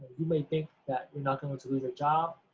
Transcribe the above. you may think that you're not going to lose your job.